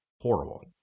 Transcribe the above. Horrible